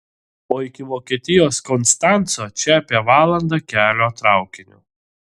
o iki vokietijos konstanco čia apie valanda kelio traukiniu